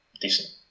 decent